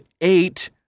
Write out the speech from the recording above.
eight